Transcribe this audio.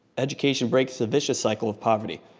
education breaks the vicious cycle of poverty.